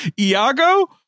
Iago